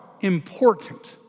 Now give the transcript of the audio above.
important